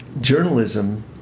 journalism